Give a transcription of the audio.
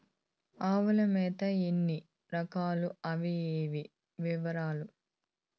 ఆవుల మేత ఎన్ని రకాలు? అవి ఏవి? వివరాలు?